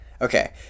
Okay